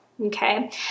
okay